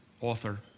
author